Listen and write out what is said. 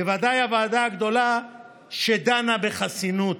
בוודאי הוועדה הגדולה שדנה בחסינות.